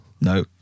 No